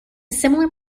similar